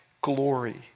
glory